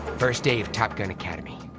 first day of top gun academy.